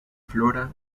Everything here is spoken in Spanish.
flora